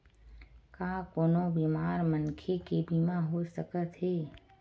का कोनो बीमार मनखे के बीमा हो सकत हे?